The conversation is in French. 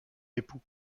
époux